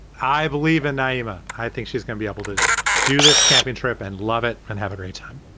i believe in nyima i think she's gonna be able to do this camping trip and love it and have a great time